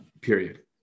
Period